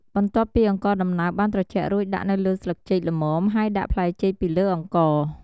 បន្ទាប់ពីអង្ករដំណើបបានត្រជាក់រួចដាក់នៅលើស្លឹកចេកល្មម ហើយដាក់ផ្លែចេកពីលើអង្ករ។